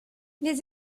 les